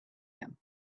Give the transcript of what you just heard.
him